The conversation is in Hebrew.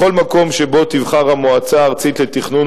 בכל מקום שבו תבחר המועצה הארצית לתכנון